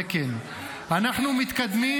אנחנו מתקדמים,